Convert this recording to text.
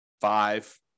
five